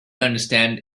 understand